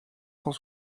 cent